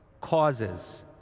causes